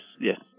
yes